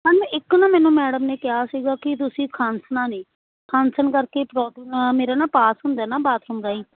ਸਾਨੂੰ ਇੱਕ ਨਾ ਮੈਨੂੰ ਮੈਡਮ ਨੇ ਕਿਹਾ ਸੀਗਾ ਕਿ ਤੁਸੀਂ ਖਾਂਸਨਾ ਨਹੀਂ ਖਾਂਸਣ ਕਰਕੇ ਪ੍ਰੋਬਲਮ ਆ ਮੇਰਾ ਨਾ ਪਾਸ ਹੁੰਦਾ ਨਾ ਬਾਥਰੂਮ ਰਾਹੀਂ